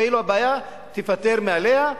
כאילו הבעיה תיפתר מאליה,